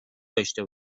داشته